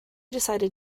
decided